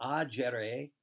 agere